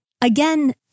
again